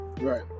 Right